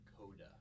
Coda